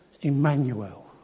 Emmanuel